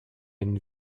and